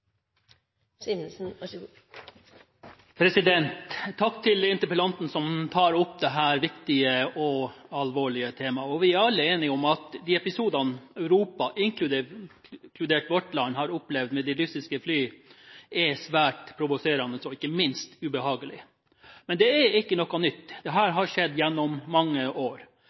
tar opp dette viktige og alvorlige temaet. Vi er alle enige om at de episodene Europa – inkludert vårt land – har opplevd med de russiske fly, er svært provoserende og ikke minst ubehagelig. Men det er ikke noe nytt